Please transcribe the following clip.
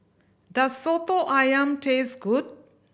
does Soto Ayam taste good